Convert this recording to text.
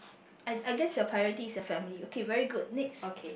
I I guess your priority is your family okay very good next